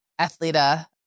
Athleta